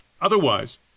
Otherwise